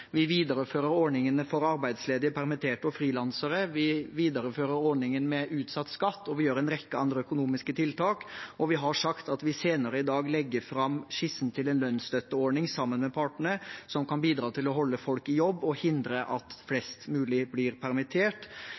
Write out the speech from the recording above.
Vi viderefører ordningene for arbeidsledige, permitterte og frilansere. Vi viderefører ordningen med utsatt skatt, og vi gjør en rekke andre økonomiske tiltak. Vi har også sagt at vi senere i dag legger fram skissen til en lønnsstøtteordning, sammen med partene, som kan bidra til å holde folk i jobb og hindre flest mulig fra å bli permittert.